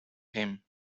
him